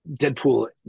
Deadpool